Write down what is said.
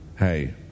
Hey